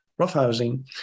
roughhousing